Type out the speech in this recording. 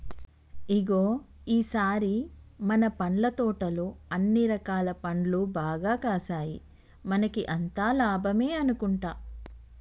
ఇగో ఈ సారి మన పండ్ల తోటలో అన్ని రకాల పండ్లు బాగా కాసాయి మనకి అంతా లాభమే అనుకుంటా